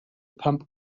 pump